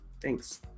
Thanks